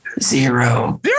Zero